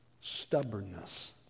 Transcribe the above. stubbornness